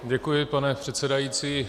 Děkuji, pane předsedající.